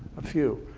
a few.